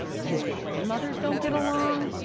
his grandmothers don't get along,